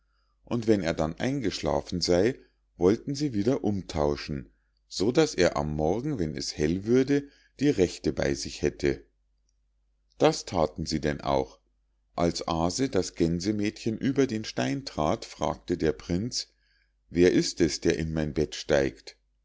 und wenn er dann eingeschlafen sei wollten sie wieder umtauschen so daß er am morgen wenn es hell würde die rechte bei sich hätte das thaten sie denn auch als aase das gänsemädchen über den stein trat fragte der prinz wer ist es der in mein bett steigt